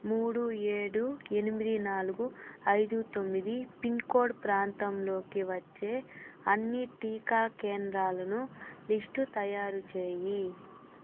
మూడు ఏడు ఎనిమిది నాలుగు ఐదు తొమ్మిది పిన్ కోడ్ ప్రాంతంలోకి వచ్చే అన్ని టీకా కేంద్రాలను లిస్టు తయారు చేయి